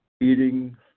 eating